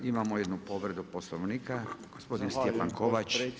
Imamo jednu povredu Poslovnika, gospodin Stjepan Kovač.